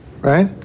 right